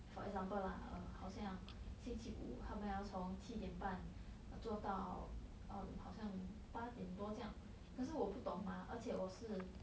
for example lah err 好像星期五他们要从七点半做到 um 好像八点多在这样可是我不懂 mah 而且我是